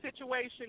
situation